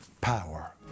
power